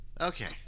Okay